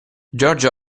george